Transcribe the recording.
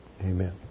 Amen